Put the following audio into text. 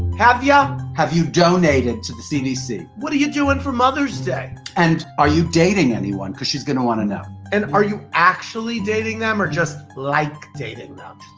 have you? yeah have you donated to the cdc? what are you doing for mother's day? and, are you dating anyone? cause she's gonna wanna know. and are you actually dating them or just like dating them?